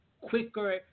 quicker